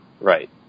Right